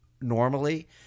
normally